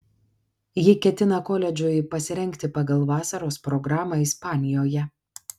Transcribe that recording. ji ketina koledžui pasirengti pagal vasaros programą ispanijoje